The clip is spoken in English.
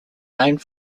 named